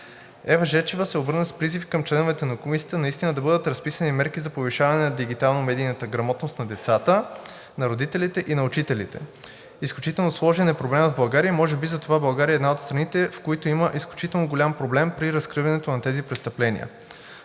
Ева Жечева се обърна с призив към членовете на комисията наистина да бъдат разписани мерки за повишаване на дигитално-медийната грамотност на децата, на родителите и на учителите. Изключително сложен е проблемът в България и може би затова България е една от страните, в които има изключително голям проблем при разкриването на тези престъпления.